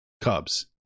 Cubs